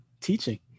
teaching